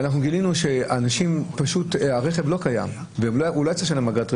וגילינו שהרכב לא קיים ולא היה צריך לשלם אגרת רכב,